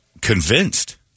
convinced